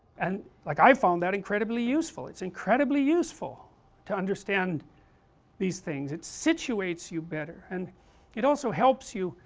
and like i found that incredibly useful, it's incredibly useful to understand these things, it situates you better and it also helps you,